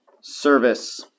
service